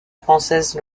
française